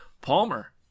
Palmer